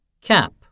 Cap